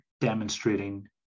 demonstrating